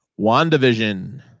wandavision